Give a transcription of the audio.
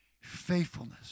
faithfulness